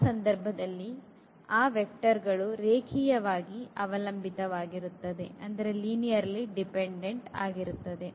ಆ ಸಂದರ್ಭದಲ್ಲಿ ಆ ವೆಕ್ಟರ್ ಗಳು ರೇಖೀಯವಾಗಿ ಅವಲಂಬಿತವಾಗಿರುತ್ತದೆ